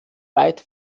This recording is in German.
weit